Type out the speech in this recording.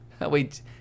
Wait